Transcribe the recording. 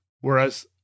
whereas